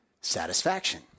satisfaction